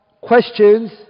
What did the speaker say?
questions